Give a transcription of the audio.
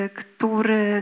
który